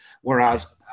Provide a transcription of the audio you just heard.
Whereas